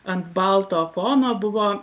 ant balto fono buvo